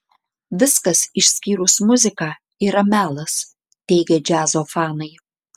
viskas išskyrus muziką yra melas teigia džiazo fanai